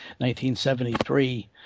1973